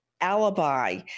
alibi